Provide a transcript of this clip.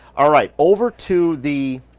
all right, over to the